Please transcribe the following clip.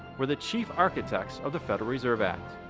were the chief architects of the federal reserve act.